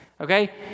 Okay